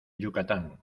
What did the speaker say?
yucatán